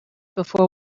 before